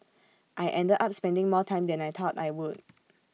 I ended up spending more time than I thought I would